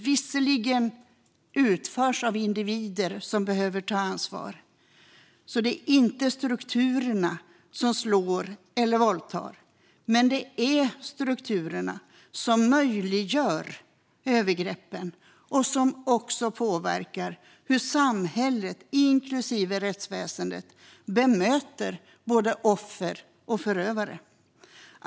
Visserligen utförs det av individer som behöver ta ansvar - det är inte strukturerna som slår eller våldtar - men det är strukturerna som möjliggör övergreppen och som också påverkar hur samhället, inklusive rättsväsendet, bemöter både offer och förövare.